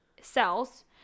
cells